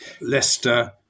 Leicester